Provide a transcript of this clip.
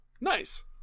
Nice